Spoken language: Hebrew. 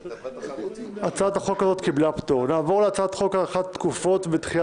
הצבעה בעד מתן פטור מחובת הנחה להצעת החוק 8 נגד,